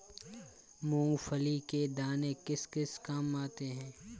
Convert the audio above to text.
मूंगफली के दाने किस किस काम आते हैं?